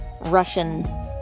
Russian